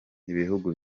ibihugu